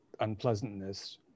unpleasantness